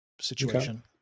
situation